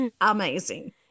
amazing